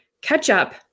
ketchup